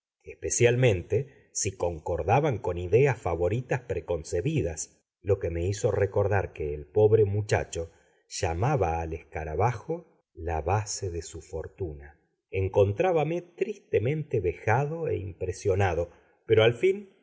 especialmente si concordaban con ideas favoritas preconcebidas lo que me hizo recordar que el pobre muchacho llamaba al escarabajo la base de su fortuna encontrábame tristemente vejado e impresionado pero al fin